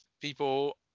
people